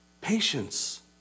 Patience